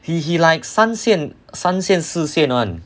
he he like 三线三线四线 one